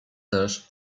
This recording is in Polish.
też